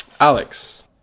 Alex